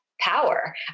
power